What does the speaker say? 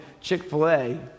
Chick-fil-A